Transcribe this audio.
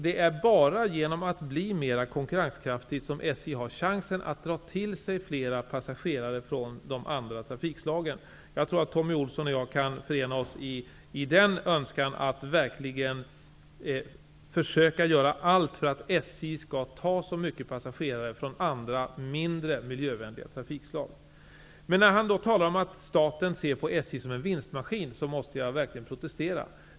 Det är bara genom att bli mer konkurrenskraftigt som SJ har chansen att dra till sig fler passagerare från de andra trafikslagen. Jag tror att Thommy Ohlsson och jag kan förena oss i önskan att försöka göra allt för att SJ skall ta så mycket passagerare som möjligt från andra mindre miljövänliga trafikslag. Men när han talar om att staten ser på SJ som en vinstmaskin måste jag verkligen protestera.